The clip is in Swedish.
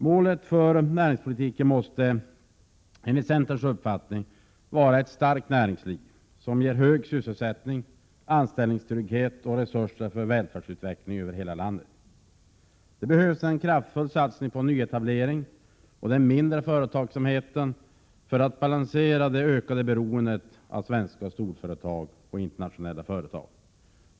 : Målet för näringspolitiken måste, enligt centerpartiets uppfattning, vara ett starkt näringsliv som ger hög sysselsättning, anställningstrygghet och resurser för välfärdsutveckling över hela landet. Det behövs en kraftfull satsning på nyetablering och den mindre företagsamheten för att balansera det ökade beroendet av svenska storföretag och internationella företag.